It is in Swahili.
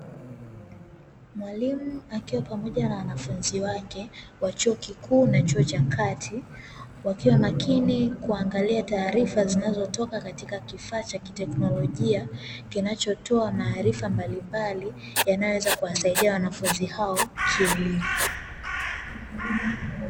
Mwalimu akiwa pamoja na wanafunzi wake wa chuo kikuu na chuo cha kati, wakiwa makini kuangalia taarifa zinazo toka katika kifaa cha kiteknolojia kinachotoa maarifa mbalimbali, yanayoweza kuwasaidia wanafunzi hao kielimu.